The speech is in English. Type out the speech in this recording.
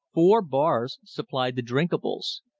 four bars supplied the drinkables.